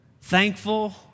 Thankful